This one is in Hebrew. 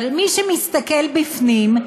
אבל מי שמסתכל בפנים,